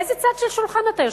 באיזה צד של השולחן אתה יושב?